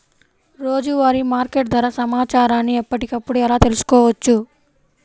రోజువారీ మార్కెట్ ధర సమాచారాన్ని ఎప్పటికప్పుడు ఎలా తెలుసుకోవచ్చు?